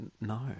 No